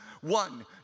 one